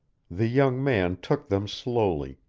the young man took them slowly,